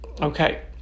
Okay